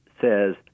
says